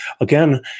Again